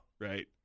right